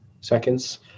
seconds